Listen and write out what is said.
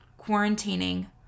quarantining